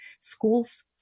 schools